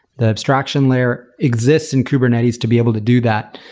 the abstraction layer exists in kubernetes to be able to do that.